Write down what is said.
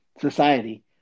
society